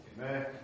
Amen